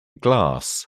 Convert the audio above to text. glass